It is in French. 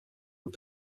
aux